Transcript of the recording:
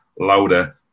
louder